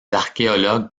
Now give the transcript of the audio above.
archéologues